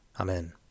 Amen